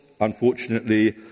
unfortunately